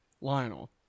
lionel